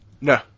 No